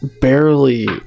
barely